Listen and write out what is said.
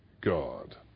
God